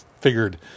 figured